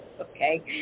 okay